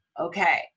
Okay